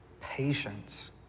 patience